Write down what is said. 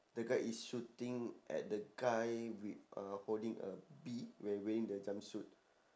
the guy is shooting at the guy with uh holding a bead wear wearing the jumping suit